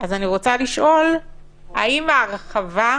יש מאות אלפים